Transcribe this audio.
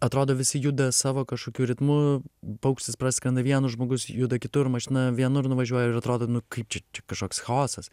atrodo visi juda savo kažkokiu ritmu paukštis praskrenda vienas žmogus juda kitur mašina vienur nuvažiuoja ir atrodo nu kaip čia čia kažkoks chaosas